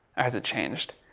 has it changed?